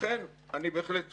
לכן, אני בהחלט חושב,